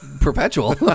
Perpetual